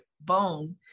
bone